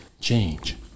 change